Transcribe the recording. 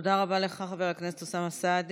תודה רבה לך, חבר הכנסת אוסאמה סעדי.